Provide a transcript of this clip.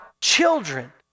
children